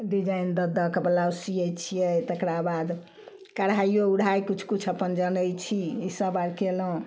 design दऽ दयके blouse सीयै छियै तकरा बाद कढ़ाइयो उढ़ाइ किछु किछु अप्पन जनय छी ईसब आर कयलहुँ